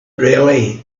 really